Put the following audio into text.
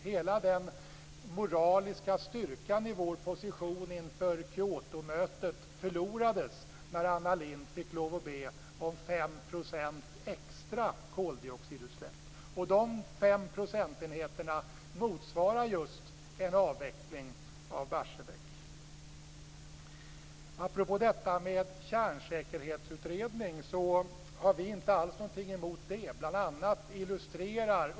Hela den moraliska styrkan i vår position inför Kyotomötet förlorades när Anna Lindh fick be om 5 % extra koldioxidutsläpp. De 5 procentenheterna motsvarar just en avveckling av Barsebäck. Apropå detta med kärnsäkerhetsutredning har vi inte alls någonting emot det.